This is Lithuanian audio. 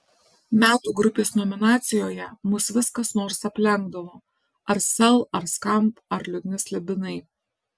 metų grupės nominacijoje mus vis kas nors aplenkdavo ar sel ar skamp ar liūdni slibinai